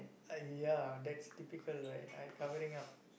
!aiya! that's typical right I covering up